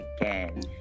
again